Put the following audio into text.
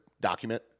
document